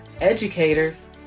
educators